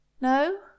No